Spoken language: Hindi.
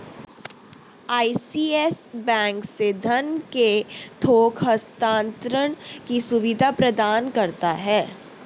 ई.सी.एस एक बैंक से धन के थोक हस्तांतरण की सुविधा प्रदान करता है